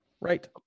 right